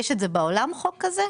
יש בעולם חוק כזה?